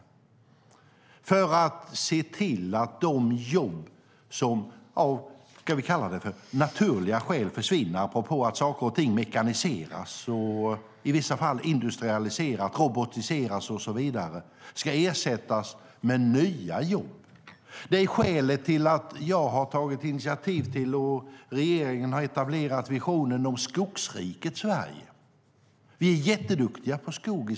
Det har jag gjort för att se till att de jobb som av naturliga skäl försvinner - på grund av att saker och ting mekaniseras, i vissa fall industrialiseras, robotiseras och så vidare - ska ersättas med nya jobb. Det är skälet till att jag har tagit initiativ till och regeringen har etablerat visionen om Skogsriket Sverige. Vi är jätteduktiga på skog.